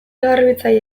garbitzaile